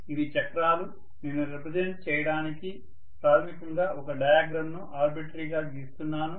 ఇవి చక్రాలు నేను రెప్రజెంట్ చేయడానికి ప్రాథమికంగా ఒక డయాగ్రమ్ ను ఆర్బిటరీగా గీస్తున్నాను